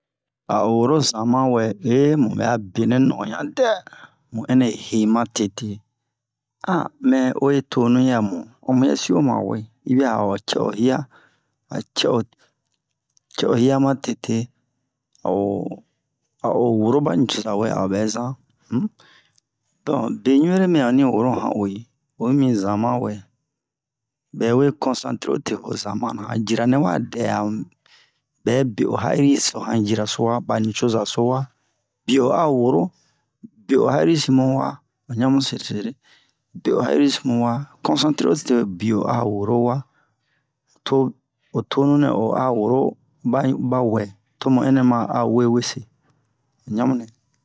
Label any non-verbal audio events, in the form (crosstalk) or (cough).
A'o woro zama wɛ (hesitation) mu bɛ'a benɛ no'onɲa dɛ mu ɛnɛ he ma tete han mɛ uwe tonu yi a mu o muyɛsi o ma yi bɛ'a o cɛ o hiya a cɛ o cɛ o hiya ma tete a'o a'o woro ba nicoza wɛ a'o bɛ zan um don be ɲu'ere mɛ onni woro han uwe oyi mi zama wɛ bɛwe konsantere o te ho zama na a jira nɛ wa dɛ'a mu bɛ be o ha'iri si han jira so wa ba nicoza si wa biyo o a woro be o ha'iri si mu wa o ɲamu sesere be o ha'iri si mu wa konsantere o te biyo o a woro wa to o tonu nɛ o a woro ba yi ba wɛ to mu ɛnɛ ma wese o ɲamu re